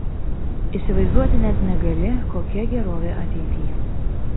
įsivaizduoti net negali kokia gerovė ateity